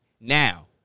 Now